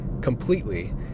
completely